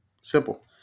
Simple